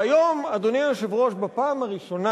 והיום, אדוני היושב-ראש, בפעם הראשונה,